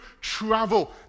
travel